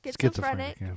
schizophrenic